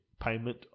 payment